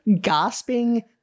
gasping